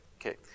Okay